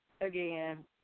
again